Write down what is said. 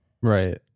Right